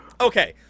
Okay